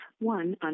one